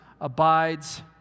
abides